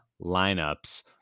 lineups